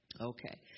Okay